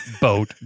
boat